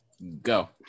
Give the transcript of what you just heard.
Go